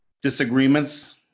Disagreements